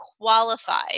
qualified